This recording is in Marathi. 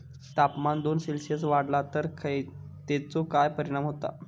तापमान दोन सेल्सिअस वाढला तर तेचो काय परिणाम होता?